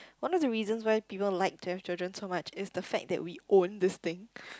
one of the reasons why people like to have children so much is the fact that we own this thing